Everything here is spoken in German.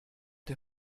der